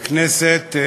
חברי הכנסת,